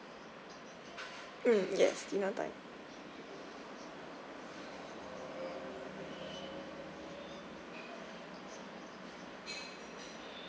mm yes dinner time